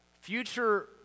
future